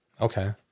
Okay